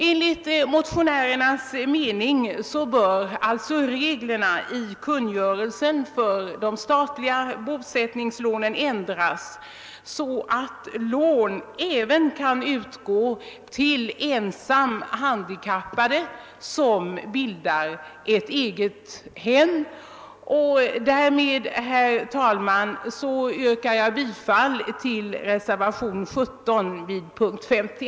Enligt motionärernas mening bör alltså reglerna i kungörelsen för de statliga bostadslånen ändras, så att lån kan utgå även till ensam handikappad som bildar eget hem. Herr talman! Med det sagda ber jag att få yrka bifall till reservationen 17 vid punkten 50.